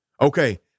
Okay